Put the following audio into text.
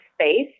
space